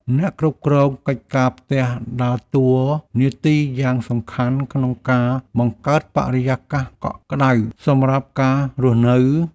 អ្នកគ្រប់គ្រងកិច្ចការផ្ទះដើរតួនាទីយ៉ាងសំខាន់ក្នុងការបង្កើតបរិយាកាសកក់ក្តៅសម្រាប់ការរស់នៅ។